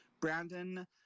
Brandon